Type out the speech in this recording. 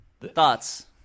thoughts